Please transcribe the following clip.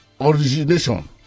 origination